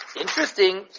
interesting